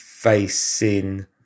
facing